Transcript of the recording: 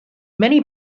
many